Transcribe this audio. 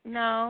no